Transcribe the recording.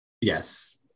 Yes